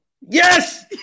Yes